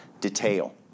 detail